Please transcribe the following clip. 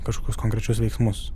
kažkokius konkrečius veiksmus